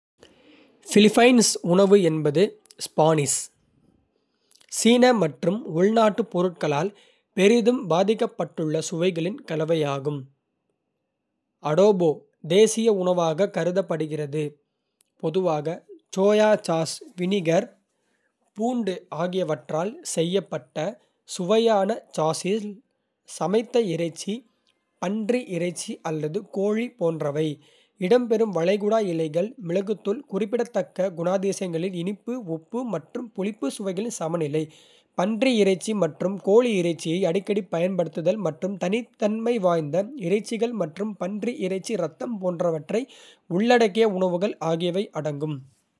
பிலிப்பைன்ஸ் உணவு என்பது ஸ்பானிஷ், சீன மற்றும் உள்நாட்டுப் பொருட்களால் பெரிதும் பாதிக்கப்பட்டுள்ள சுவைகளின் கலவையாகும். அடோபோ தேசிய உணவாகக் கருதப்படுகிறது, பொதுவாக சோயா சாஸ், வினிகர், பூண்டு ஆகியவற்றால் செய்யப்பட்ட சுவையான சாஸில் சமைத்த இறைச்சி பன்றி இறைச்சி அல்லது கோழி போன்றவை இடம்பெறும். வளைகுடா இலைகள், மிளகுத்தூள், குறிப்பிடத்தக்க குணாதிசயங்களில் இனிப்பு. உப்பு மற்றும் புளிப்பு சுவைகளின் சமநிலை, பன்றி இறைச்சி மற்றும் கோழி இறைச்சியை அடிக்கடி பயன்படுத்துதல், மற்றும் தனித்தன்மை வாய்ந்த இறைச்சிகள் மற்றும் பன்றி இறைச்சி இரத்தம் போன்றவற்றை உள்ளடக்கிய உணவுகள் ஆகியவை அடங்கும்.